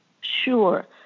Sure